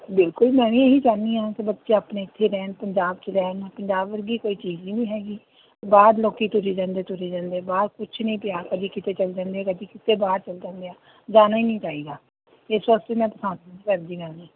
ਬਿਲਕੁਲ ਮੈਂ ਵੀ ਇਹੀ ਚਾਹੁੰਦੀ ਹਾਂ ਕਿ ਬੱਚੇ ਆਪਣੇ ਇੱਥੇ ਰਹਿਣ ਪੰਜਾਬ 'ਚ ਰਹਿਣ ਪੰਜਾਬ ਵਰਗੀ ਕੋਈ ਚੀਜ਼ ਵੀ ਨਹੀਂ ਹੈਗੀ ਬਾਹਰ ਲੋਕ ਤੁਰੀ ਜਾਂਦੇ ਤੁਰੀ ਜਾਂਦੇ ਬਾਹਰ ਕੁਛ ਨਹੀਂ ਪਿਆ ਕਦੇ ਕਿਤੇ ਚਲੇ ਜਾਂਦੇ ਕਦੇ ਕਿਤੇ ਬਾਹਰ ਚਲ ਜਾਂਦੇ ਆ ਜਾਣਾ ਹੀ ਨਹੀਂ ਚਾਹੀਦਾ ਅਤੇ ਇਸ ਵਾਸਤੇ ਮੈਂ